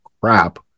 crap